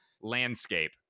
landscape